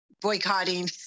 boycotting